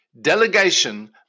delegation